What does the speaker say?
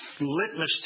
litmus